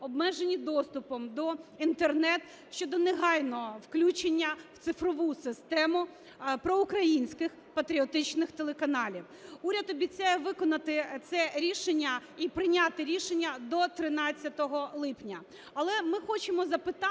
обмежені доступом до Інтернет, щодо негайного включення в цифрову систему проукраїнських патріотичних телеканалів. Уряд обіцяє виконати це рішення і прийняти рішення до 13 липня.